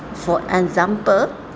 for example